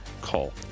call